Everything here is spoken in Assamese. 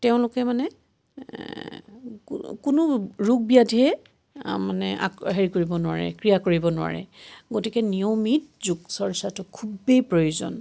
তেওঁলোকে মানে কোনো কোনো ৰোগ ব্যাধিয়ে মানে আক হেৰি কৰিব নোৱাৰে ক্ৰিয়া কৰিব নোৱাৰে গতিকে নিয়মিত যোগ চৰ্চাটো খুবেই প্ৰয়োজন